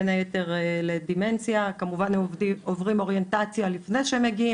בין היתר לדמנציה וכמובן שהם עוברים אוריינטציה לפני שהם מגיעים